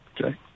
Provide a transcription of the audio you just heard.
okay